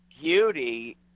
Beauty